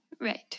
Right